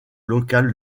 locale